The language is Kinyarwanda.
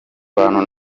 bantu